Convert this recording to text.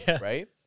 Right